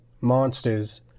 monsters